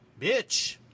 Bitch